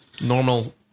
normal